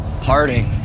parting